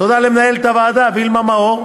תודה למנהלת הוועדה וילמה מאור,